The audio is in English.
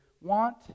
want